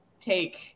take